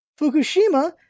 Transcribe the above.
Fukushima